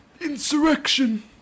insurrection